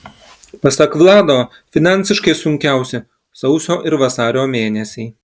pasak vlado finansiškai sunkiausi sausio ir vasario mėnesiai